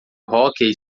hóquei